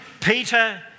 Peter